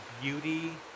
beauty